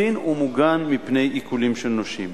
חסין ומוגן מפני עיקולים של נושים.